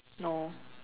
no